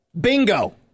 Bingo